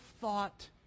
thought